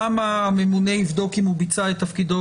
שם הממונה יבדוק אם הוא ביצע את תפקידו